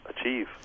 achieve